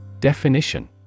Definition